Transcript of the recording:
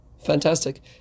Fantastic